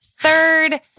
Third